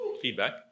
feedback